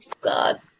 God